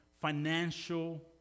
financial